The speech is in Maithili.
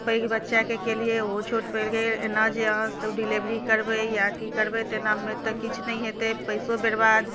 पैघ बच्चाके केलियै ओहो छोट पड़ि गेल एना जे अहाँसभ डिलिवरी करबै या अथी करबै तेनामे तऽ किछु नहि हेतै पैसो बर्बाद